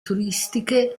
turistiche